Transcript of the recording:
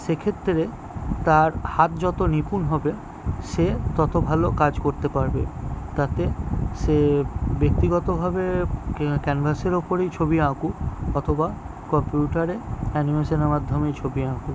সেক্ষেত্রে তার হাত যত নিপুণ হবে সে তত ভালো কাজ করতে পারবে তাতে সে ব্যক্তিগতভাবে ক্যানভাসের ওপরেই ছবি আঁকুক অথবা কম্পিউটারে অ্যানিমেশনের মাধ্যমেই ছবি আঁকুক